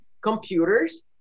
Computers